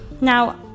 now